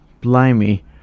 blimey